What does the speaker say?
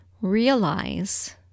realize